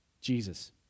Jesus